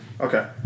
okay